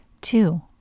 Two